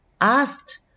asked